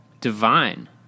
divine